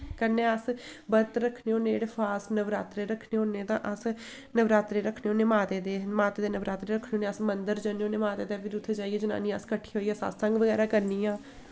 कन्नै अस बरत रक्खने होन्ने जेह्ड़े फॉस्ट नवरात्रे रक्खने होन्ने तां अस नवरात्रे रक्खने होन्ने माता दे माता दे नवरात्रे रक्खने होन्ने अस मंदर जन्ने होन्ने माता दे ते फिर उत्थै जाइयै अस जनानियां किट्ठे होइयै सत्संग बगैरा करनियां